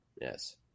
Yes